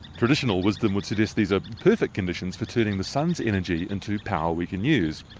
traditional wisdom would suggest these are perfect conditions for turning the sun's energy into power we can use,